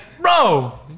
bro